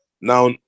Now